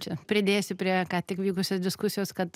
čia pridėsiu prie ką tik vykusios diskusijos kad